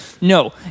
no